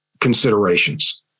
considerations